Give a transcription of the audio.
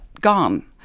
gone